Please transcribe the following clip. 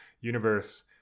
universe